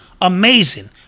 amazing